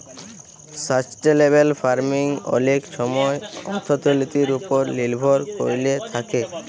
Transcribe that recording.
sustainable farming অলেক ছময় অথ্থলিতির উপর লির্ভর ক্যইরে থ্যাকে